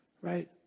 right